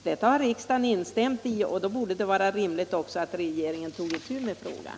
Detta har riksdagen instämt i, och då borde det också vara rimligt att regeringen tog itu med frågan.